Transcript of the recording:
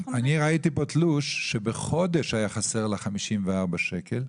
אני ראיתי פה תלוש שבחודש היה חסר לה 54 שקל,